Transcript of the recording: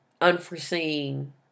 Unforeseen